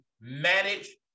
manage